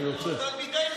תלמידי חכמים.